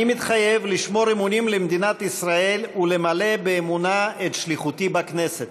"אני מתחייב לשמור אמונים למדינת ישראל ולמלא באמונה את שליחותי בכנסת".